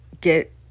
get